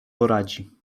poradzi